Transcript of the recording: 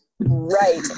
Right